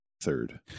third